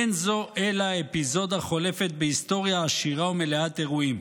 אין זו אלא אפיזודה חולפת בהיסטוריה עשירה ומלאה אירועים.